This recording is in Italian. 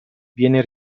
viene